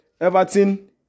Everton